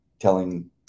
telling